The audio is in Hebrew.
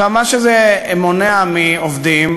זה מונע מעובדים,